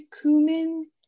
cumin